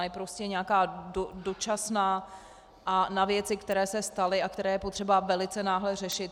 Je prostě nějaká dočasná a na věci, které se staly a které je potřeba velice náhle řešit.